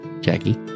Jackie